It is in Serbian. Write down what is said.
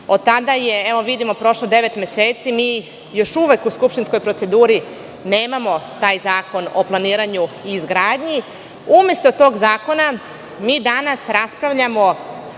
Od tada je prošlo devet meseci. Mi još uvek u skupštinskoj proceduri nemamo taj zakon o planiranju i izgradnji. Umesto tog zakona mi danas raspravljamo